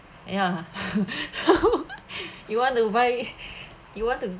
ya so you want to buy you want to